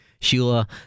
Sheila